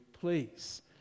please